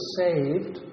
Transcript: saved